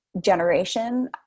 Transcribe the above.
generation